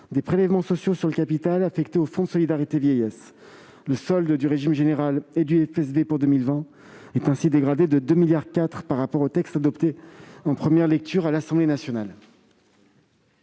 des prélèvements sociaux sur le capital affecté au Fonds de solidarité vieillesse (FSV). Les soldes du régime général et du FSV pour 2020 sont ainsi dégradés de 2,4 milliards d'euros par rapport au texte adopté en première lecture à l'Assemblée nationale.